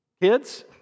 kids